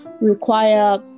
require